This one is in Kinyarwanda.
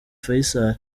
faisal